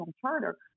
charter